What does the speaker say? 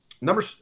number